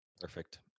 Perfect